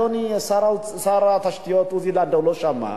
אולי אדוני שר התשתיות עוזי לנדאו לא שמע.